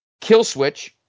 Killswitch